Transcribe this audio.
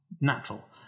natural